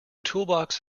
toolbox